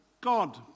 God